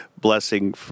blessing